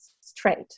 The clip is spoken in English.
straight